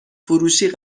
فروشی